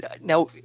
Now